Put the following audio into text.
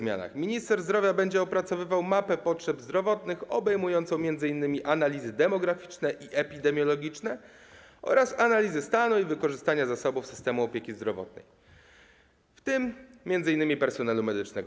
Minister zdrowia będzie opracowywał mapę potrzeb zdrowotnych obejmującą m.in. analizy demograficzne i epidemiologiczne oraz analizy stanu i wykorzystania zasobów systemu opieki zdrowotnej, w tym m.in. personelu medycznego.